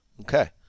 Okay